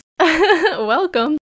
welcome